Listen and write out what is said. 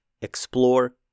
explore